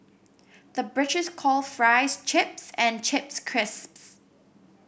the British calls fries chips and chips crisps